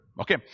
Okay